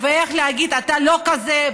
ואיך להגיד: אתה לא כזה,